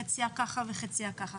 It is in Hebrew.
חלקה ככה וחלקה ככה,